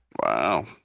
Wow